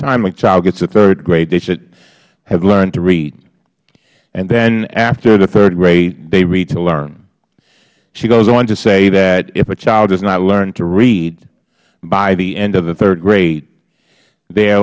time a child gets to the third grade they should have learned to read and then after the third grade they read to learn she goes on to say that if a child does not learn to read by the end of the third grade they